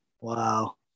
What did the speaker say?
wow